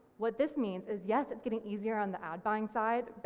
what this means is yes, it's getting easier on the ad buying side. but